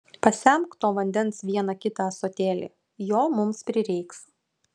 pasemk to vandens vieną kitą ąsotėlį jo mums prireiks